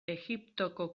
egiptoko